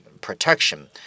protection